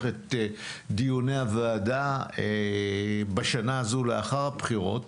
את דיוני הוועדה בשנה הזו לאחר הבחירות,